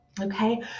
okay